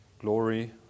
Glory